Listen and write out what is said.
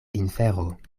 infero